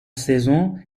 saison